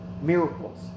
miracles